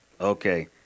Okay